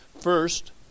First